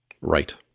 Right